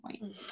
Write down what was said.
point